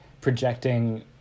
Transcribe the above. projecting